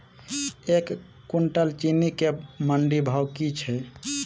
एक कुनटल चीनी केँ मंडी भाउ की छै?